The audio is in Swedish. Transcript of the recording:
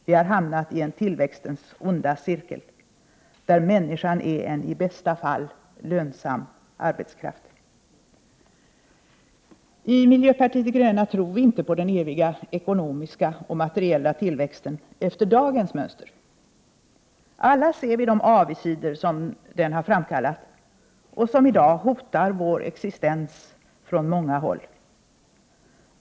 Vi har hamnat i en tillväxtens onda cirkel, där människan är en i bästa fall lönsam arbetskraft. TramkKanart ocn som I aag notar var existens tran manga nawu.